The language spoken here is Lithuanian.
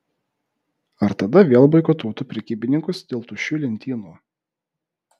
ar tada vėl boikotuotų prekybininkus dėl tuščių lentynų